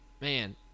Man